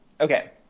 okay